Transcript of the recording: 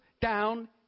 down